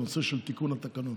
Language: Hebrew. על נושא תיקון התקנון.